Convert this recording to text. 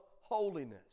holiness